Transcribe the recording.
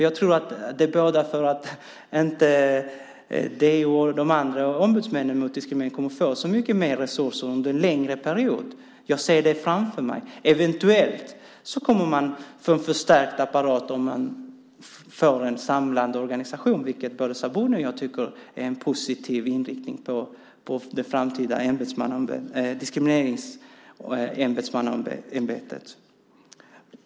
Jag tror att det bådar för att DO och de andra ombudsmännen mot diskriminering inte kommer att få så mycket mer resurser under en längre period. Jag ser det framför mig. Eventuellt kommer man att få en förstärkt apparat om man får en samlande organisation, vilket både Sabuni och jag tycker vore en positiv inriktning på det framtida diskrimineringsombudsmannaämbetet.